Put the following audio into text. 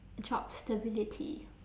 job stability